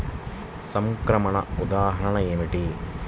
సంక్రమణ ఉదాహరణ ఏమిటి?